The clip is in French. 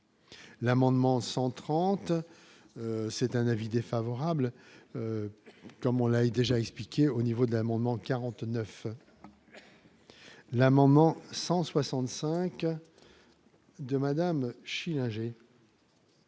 L'amendement 130 c'est un avis défavorable, comme on l'avait déjà expliqué au niveau de l'amendement 49 l'amendement 165 de Madame Schillinger.